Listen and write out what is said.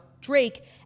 Drake